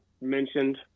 mentioned